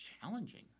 challenging